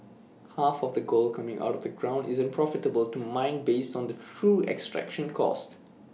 half of the gold coming out of the ground isn't profitable to mine based on the true extraction costs